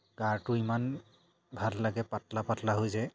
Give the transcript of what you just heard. গাটো ইমান ভাল লাগে পাতলা পাতলা হৈ যায়